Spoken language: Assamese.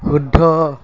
শুদ্ধ